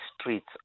streets